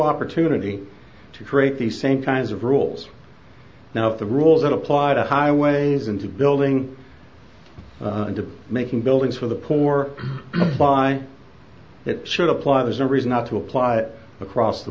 opportunity to create the same kinds of rules now the rules that apply to highways into building making buildings for the poor by it should apply there's no reason not to apply across the